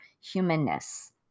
humanness